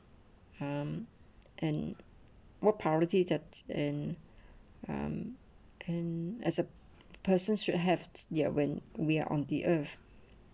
um and more priority that and um and as a person should have there when we're on the earth